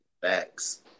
Facts